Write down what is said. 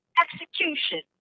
execution